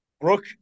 Brooke